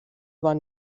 war